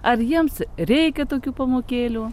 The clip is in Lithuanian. ar jiems reikia tokių pamokėlių